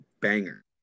banger